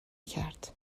کرد